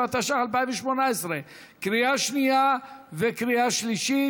התשע"ח 2018,